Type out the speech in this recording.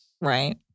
Right